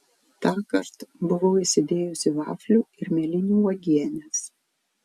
tąkart buvau įsidėjusi vaflių ir mėlynių uogienės